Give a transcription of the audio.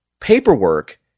paperwork